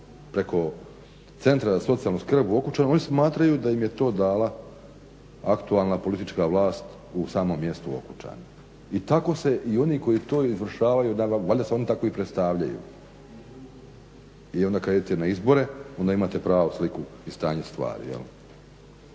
preko centra za socijalnu skrb u Okučanima oni smatraju da im je to dala aktualna politička vlast u samom mjestu Okučani i tako se i oni koji to izvršavaju valjda se oni tako i predstavljaju. I onda kad idete na izbore onda imate pravu sliku i stanje stvari.